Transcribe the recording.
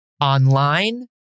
online